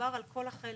מדובר על כל החלק.